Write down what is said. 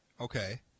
Okay